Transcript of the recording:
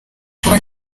kuba